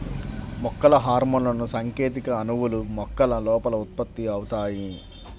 మొక్కల హార్మోన్లుసంకేత అణువులు, మొక్కల లోపల ఉత్పత్తి అవుతాయి